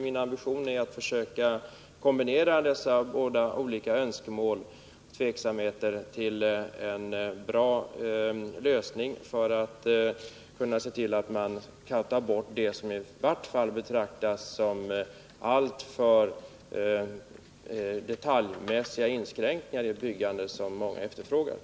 Min ambition är att försöka kombinera dessa önskemål och tveksamheter till en bra lösning för att se till, att i varje fall det som betraktas som alltför detaljmässiga inskränkningar i byggandet skall kunna tas bort.